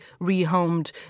rehomed